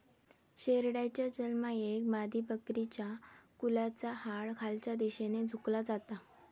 शेरडाच्या जन्मायेळेक मादीबकरीच्या कुल्याचा हाड खालच्या दिशेन झुकला जाता